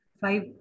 five